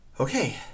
Okay